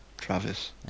Travis